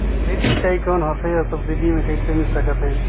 Drip सिंचाई कौन होथे अउ सब्सिडी मे कइसे मिल सकत हे?